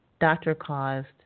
doctor-caused